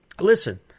listen